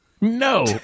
No